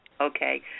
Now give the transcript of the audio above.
Okay